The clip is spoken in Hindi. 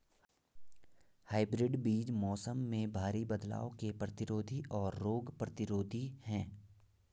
हाइब्रिड बीज मौसम में भारी बदलाव के प्रतिरोधी और रोग प्रतिरोधी हैं